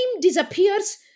disappears